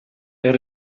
per